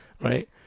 right